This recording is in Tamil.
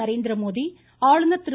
நரேந்திர மோடி ஆளுநர் திரு